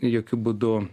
jokiu būdu